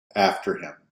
after